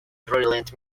brilliant